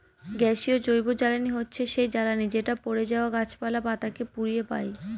গ্যাসীয় জৈবজ্বালানী হচ্ছে সেই জ্বালানি যেটা পড়ে যাওয়া গাছপালা, পাতা কে পুড়িয়ে পাই